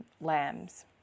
lambs